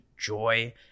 joy